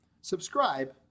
subscribe